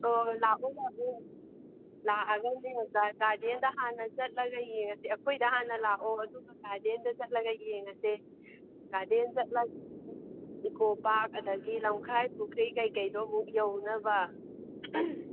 ꯑꯣ ꯂꯥꯛꯑꯣ ꯂꯥꯛꯑꯣ ꯂꯥꯛꯑꯒꯅꯦ ꯒꯥꯔꯗꯦꯟꯗ ꯍꯥꯟꯅ ꯆꯠꯂꯒ ꯌꯦꯡꯉꯁꯤ ꯑꯩꯈꯣꯏꯗ ꯍꯥꯟꯅ ꯂꯥꯛꯑꯣ ꯑꯗꯨꯒ ꯒꯥꯔꯗꯦꯟꯗ ꯆꯠꯂꯒ ꯌꯦꯡꯂꯁꯦ ꯒꯥꯔꯗꯦꯟ ꯆꯠꯂꯒ ꯏꯀꯣ ꯄꯥꯔꯛ ꯑꯗꯒꯤ ꯂꯝꯈꯥꯏ ꯄꯨꯈ꯭ꯔꯤ ꯀꯔꯤ ꯀꯔꯤꯗꯣ ꯑꯃꯨꯛ ꯌꯧꯅꯕ